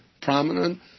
prominent